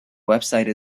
website